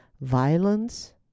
violence